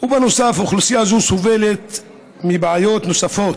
ואוכלוסייה זו סובלת מבעיות נוספות,